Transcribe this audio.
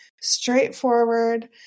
straightforward